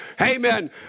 Amen